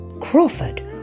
Crawford